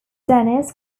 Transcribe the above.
dennis